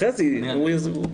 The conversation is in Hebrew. חזי יסביר.